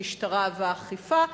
המשטרה והאכיפה.